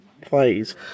plays